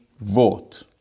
vote